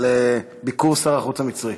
על ביקור שר החוץ המצרי.